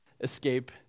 escape